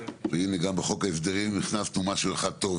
והנה גם בחוק ההסדרים נכנס פה מהו אחד טוב,